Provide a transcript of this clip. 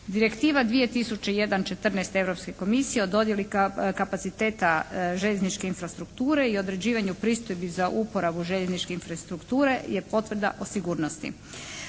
Direktiva 2001 14 Europske unije o dodjeli kapaciteta željezničke infrastrukture i određivanju pristojbi za uporabu željezničke infrastrukture je potvrda o sigurnosti.